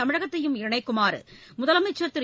தமிழகத்தையும் இணைக்குமாறு முதலமைச்சர் திரு